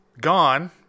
gone